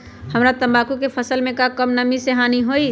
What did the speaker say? हमरा तंबाकू के फसल के का कम नमी से हानि होई?